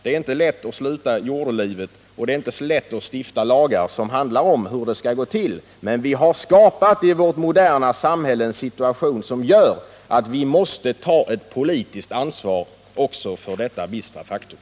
Det är inte lätt att sluta jordelivet och det är inte heller så lätt att stifta lagar som handlar om hur det skall gå till. Men vi har i vårt moderna samhälle skapat en situation som gör att vi måste ta ett politiskt ansvar också när det gäller detta bistra faktum.